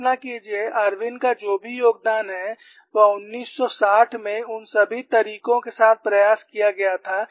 कल्पना कीजिए इरविन का जो भी योगदान है वह 1960 में उन सभी तरीको के साथ प्रयास किया गया था